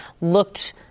looked